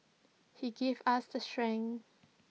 he gives us the strength